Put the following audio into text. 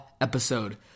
episode